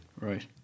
Right